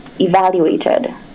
evaluated